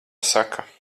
saka